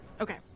Okay